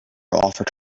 offered